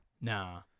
Nah